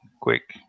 quick